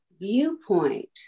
viewpoint